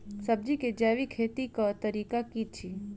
सब्जी केँ जैविक खेती कऽ तरीका की अछि?